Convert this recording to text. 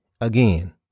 again